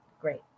great